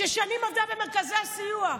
ששנים עבדה במרכזי הסיוע.